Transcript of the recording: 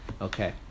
Okay